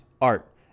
art